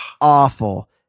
awful